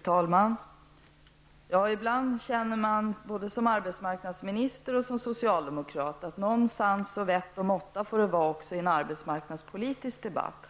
Fru talman! Ibland känner jag, både i egenskap av arbetsmarknadsminister och i egenskap av socialdemokrat, att det måste vara någon sans -- det måste vara vett och måtta -- också i en arbetsmarknadspolitisk debatt.